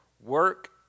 work